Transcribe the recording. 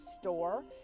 store